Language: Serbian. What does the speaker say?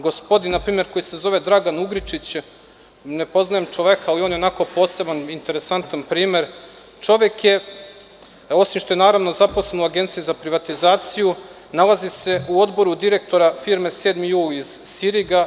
Gospodin koji se zove Dragan Ugričić, ne poznajem čoveka, ali on je onako poseban, interesantan primer, čovek je osim što je naravno zaposlen u Agenciji za privatizaciju, nalazi se u odboru direktora firme „7. jul“ iz Siriga.